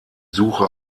suche